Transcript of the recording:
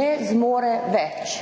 ne zmore več.